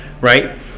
Right